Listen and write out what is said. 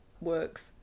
works